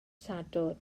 sadwrn